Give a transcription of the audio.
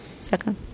Second